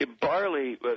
Barley